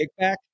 kickback